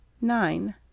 nine